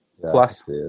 Plus